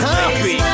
Happy